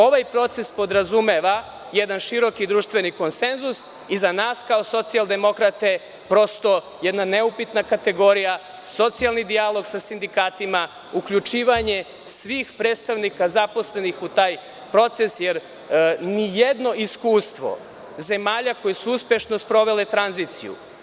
Ovaj proces podrazumeva jedan široki društveni konsenzus i za nas kao socijaldemokrate prosto jedna neupitna kategorija, socijalni dijalog sa sindikatima, uključivanje svih predstavnika zaposlenih u taj proces, jer nijedno iskustvo zemalja koje su uspešno sprovele tranziciju.